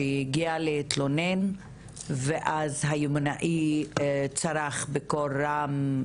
שהיא הגיעה להתלונן ואז היומנאי צרח בקול רם: